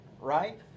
right